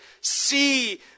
See